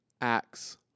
Acts